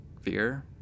Fear